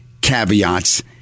caveats